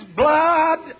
blood